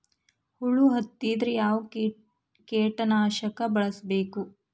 ಹುಳು ಹತ್ತಿದ್ರೆ ಯಾವ ಕೇಟನಾಶಕ ಬಳಸಬೇಕ?